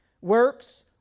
Works